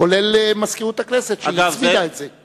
כולל מזכירות הכנסת, שהצמידה את זה.